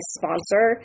sponsor